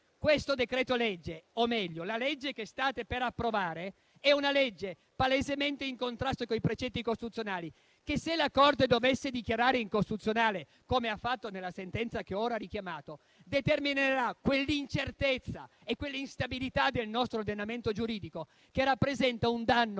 concludere. GIORGIS *(PD-IDP)*. Quella che state per approvare è una legge palesemente in contrasto con i precetti costituzionali che, se la Corte dovesse dichiarare incostituzionale, come ha fatto nella sentenza che ora ho richiamato, determinerà quell'incertezza e quell'instabilità del nostro ordinamento giuridico che rappresenta un danno